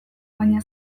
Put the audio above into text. baina